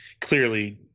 clearly